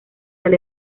del